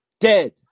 dead